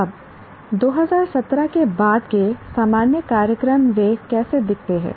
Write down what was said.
अब 2017 के बाद के सामान्य कार्यक्रम वे कैसे दिखते हैं